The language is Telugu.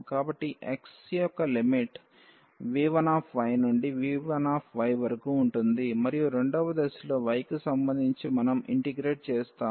కాబట్టి x యొక్క లిమిట్ v1 నుండి v1 వరకు ఉంటుంది మరియు రెండవ దశలో y కి సంబంధించి మనం ఇంటిగ్రేట్ చేస్తాము